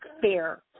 fair